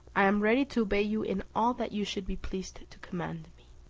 i am ready to obey you in all that you should be pleased to command me.